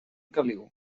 caliu